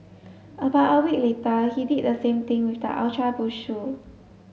about a week later he did the same thing with the Ultra Boost shoe